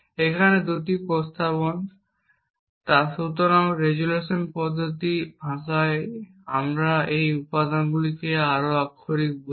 এখানে 2টি প্রস্তাবনা। সুতরাং রেজোলিউশন পদ্ধতির ভাষায় আমরা এই উপাদানগুলির প্রতিটিকে আক্ষরিক বলি